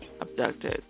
abducted